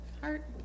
Heart